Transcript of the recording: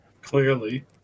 Clearly